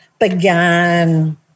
began